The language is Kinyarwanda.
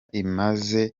imaze